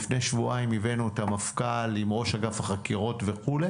לפני שבועיים הבאנו את המפכ"ל עם ראש אגף החקירות וכו'.